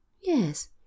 yes